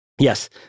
Yes